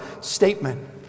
statement